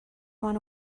one